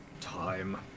time